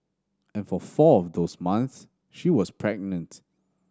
and for four of those months she was pregnant